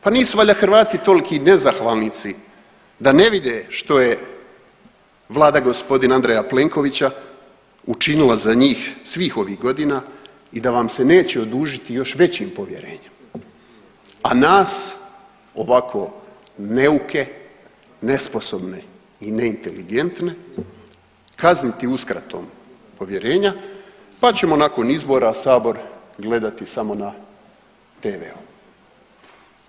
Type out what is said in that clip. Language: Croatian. Pa nisu valjda Hrvati toliki nezahvalnici da ne vide što je vlada gospodina Andreja Plenkovića učinila za njih svih ovih godina i da vam se neće odužiti još većim povjerenjem, a nas ovako neuke, nesposobne i neinteligentne kazniti uskratom povjerenja pa ćemo nakon izbora sabor gledati samo na tv-u.